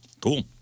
Cool